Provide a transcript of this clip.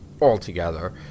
altogether